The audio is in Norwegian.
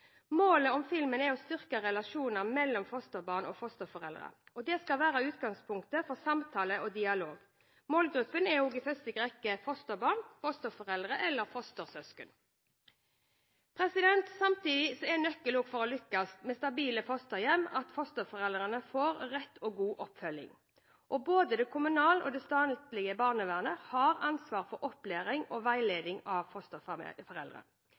Målet med filmen er å styrke relasjonen mellom fosterbarn og fosterforeldre, og den skal være utgangspunkt for samtale og dialog. Målgruppen er i første rekke fosterbarn, fosterforeldre og fostersøsken. Nøkkelen for å lykkes med stabile fosterhjem er at fosterforeldrene får rett og god oppfølging. Både det kommunale og det statlige barnevernet har ansvar for opplæring og veiledning av